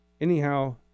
anyhow